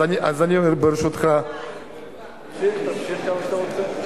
אז אני, ברשותך, תמשיך, תמשיך כמה שאתה רוצה.